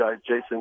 Jason